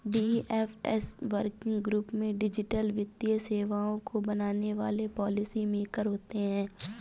DFS working group में digital वित्तीय सेवाओं को बनाने वाले पॉलिसी मेकर होते हैं